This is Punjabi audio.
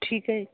ਠੀਕ ਹ